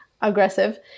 aggressive